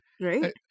Right